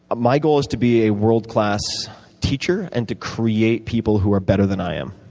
my goal is to be a world-class teacher and to create people who are better than i am.